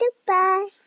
Goodbye